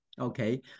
Okay